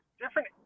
different